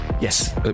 Yes